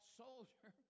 soldier